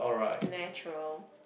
natural